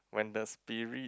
when the spirit